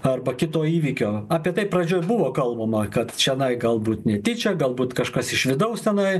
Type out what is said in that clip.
arba kito įvykio apie tai pradžioj buvo kalbama kad čionai galbūt netyčia galbūt kažkas iš vidaus tenai